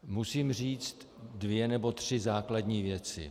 Musím říct dvě nebo tři základní věci.